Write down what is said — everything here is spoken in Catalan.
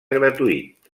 gratuït